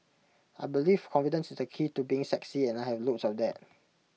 I believe confidence is the key to being sexy and I have loads of that